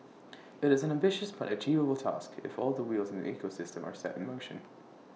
IT is an ambitious but achievable task if all the wheels in the ecosystem are set in motion